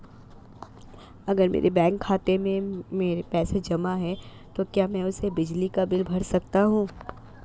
अगर मेरे बैंक खाते में पैसे जमा है तो क्या मैं उसे बिजली का बिल भर सकता हूं?